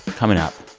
coming up,